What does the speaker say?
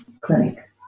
clinic